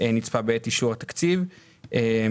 שעברה בסעיף אחר,